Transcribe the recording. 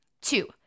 two